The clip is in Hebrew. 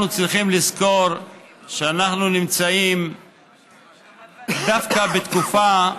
אנחנו צריכים לזכור שאנחנו נמצאים דווקא בתקופה היסטורית,